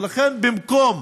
ולכן, במקום